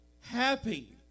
happy